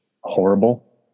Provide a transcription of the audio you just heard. horrible